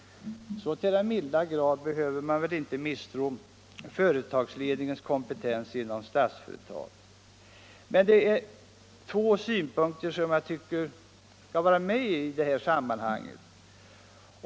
Så till den milda grad behöver man väl inte misstro företagsledningens kompetens inom Statsföretag. Det är två synpunkter som jag tycker skall vara med i det här sammanhanget: 1.